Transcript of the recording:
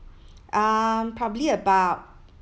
um probably about